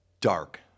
dark